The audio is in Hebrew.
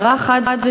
הערה אחת,